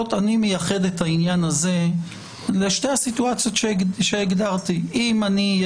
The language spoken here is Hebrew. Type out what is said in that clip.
מייחד את המצב הזה למה שהגדרתי: אם אהיה